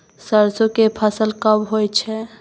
सरसो के फसल कब होय छै?